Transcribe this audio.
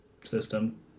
system